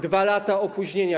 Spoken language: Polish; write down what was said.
2 lata opóźnienia.